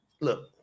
Look